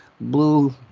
blue